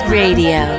radio